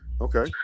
Okay